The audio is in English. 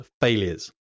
Failures